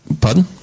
Pardon